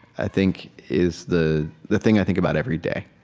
i think is the the thing i think about every day.